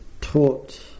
taught